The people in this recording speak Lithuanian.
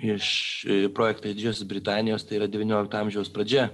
iš projektą iš didžiosios britanijos tai yra devyniolikto amžiaus pradžia